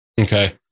okay